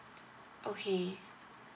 okay